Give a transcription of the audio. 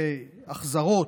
זה החזרות,